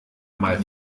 mal